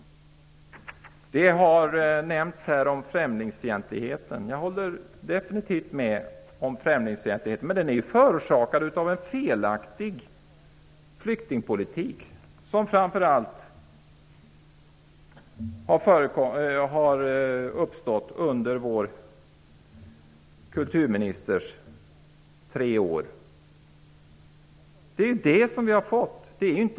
Främlingsfientligheten har nämnts här. Jag håller definitivt med om vad som har sagts om främlingsfientligheten. Men den är förorsakad av att en felaktig flyktingpolitik har förts, framför allt under vår kulturministers tre år i jobbet.